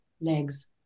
legs